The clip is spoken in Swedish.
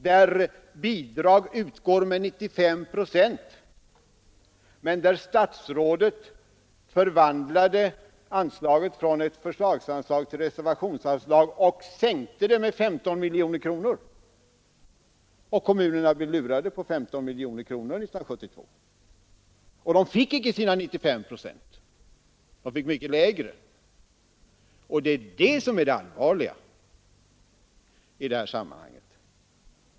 Där utgår bidrag med 95 procent, men statsrådet förvandlade förslagsanslaget till ett reservationsanslag och sänkte dessutom bidraget med 15 miljoner kronor. Kommunerna blev alltså lurade på 15 miljoner kronor år 1972. De fick inte heller ut 95 procent utan en mycket lägre procentsats. Det är det som är det allvarliga i sammanhanget.